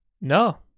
No